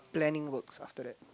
planning works after that